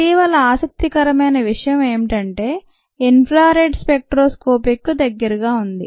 ఇటీవల ఆసక్తి కరమైన విషయం ఏమిటంటే ఇన్ ఫ్రా రెడ్ స్పెక్ట్రోస్కోపిక్ కు దగ్గరగా ఉంది